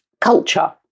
Culture